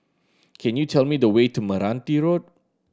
can you tell me the way to Meranti Road